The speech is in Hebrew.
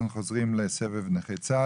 אנחנו חוזרים לסבב נכי צה"ל.